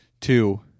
Two